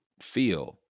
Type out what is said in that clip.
feel